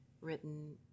written